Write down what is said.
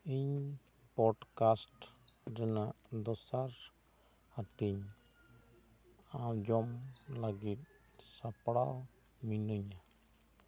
ᱤᱧ ᱵᱨᱚᱰᱠᱟᱥᱴ ᱨᱮᱭᱟᱜ ᱫᱚᱥᱟᱨ ᱦᱟᱹᱴᱤᱧ ᱟᱸᱧᱡᱚᱢ ᱞᱟᱹᱜᱤᱫ ᱥᱟᱯᱲᱟᱣ ᱢᱤᱱᱟᱹᱧᱟ